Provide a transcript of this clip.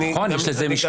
נכון, אבל יש לזה משקל.